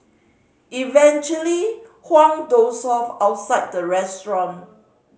eventually Huang dozed off outside the restaurant